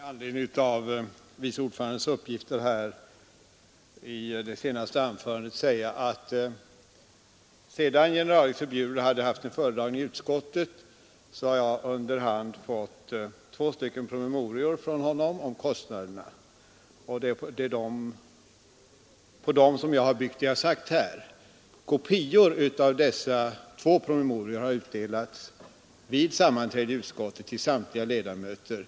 Herr talman! Med anledning av de uppgifter som utskottets vice ordförande lämnade i sitt senaste anförande vill jag bara säga följande. Sedan generaldirektör Bjurel haft en föredragning i utskottet, har jag under hand från honom fått två promemorior om kostnaderna. Det är på dessa två promemorior som jag byggt vad jag här har sagt. Kopior av dessa två promemorior har vid sammanträde i utskottet utdelats till samtliga ledamöter.